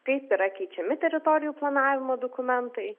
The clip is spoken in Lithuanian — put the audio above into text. kaip yra keičiami teritorijų planavimo dokumentai